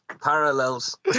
parallels